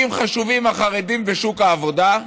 אם חשובים החרדים בשוק העבודה,